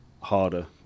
harder